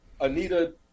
Anita